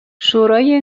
شورای